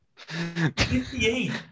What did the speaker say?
58